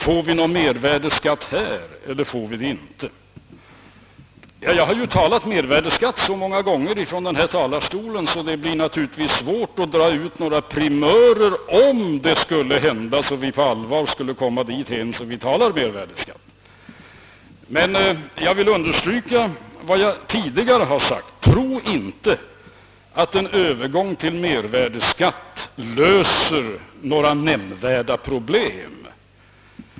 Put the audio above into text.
Får vi mervärdeskatt här? Jag har talat mervärdeskatt så många gånger i denna talarstol, att det naturligtvis blir svårt att få fram några primörer, om vi på allvar skulle diskutera dess införande. Jag vill understryka våd jag tidigare sagt: Tro inte att en övergång till mervärdeskatt löser några nämnvärda problem!